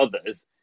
others